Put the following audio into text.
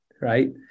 right